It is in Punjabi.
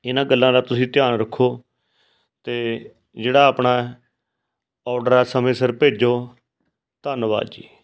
ਇਹਨਾਂ ਗੱਲਾਂ ਦਾ ਤੁਸੀਂ ਧਿਆਨ ਰੱਖੋ ਅਤੇ ਜਿਹੜਾ ਆਪਣਾ ਔਡਰ ਆ ਸਮੇਂ ਸਿਰ ਭੇਜੋ ਧੰਨਵਾਦ ਜੀ